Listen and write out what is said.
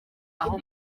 aho